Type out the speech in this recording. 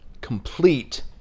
Complete